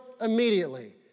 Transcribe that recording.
immediately